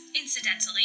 incidentally